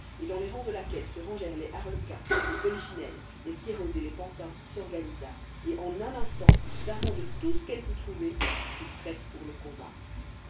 et dans les rangs de laquelle se rangèrent les arlequins les polichinelles les pierrots et les pantins s'organisa et en un instant s'armant de tout ce qu'elle put trouver fut prête pour le combat